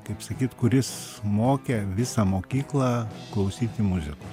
kaip sakyt kuris mokė visą mokyklą klausyti muzikos